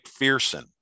McPherson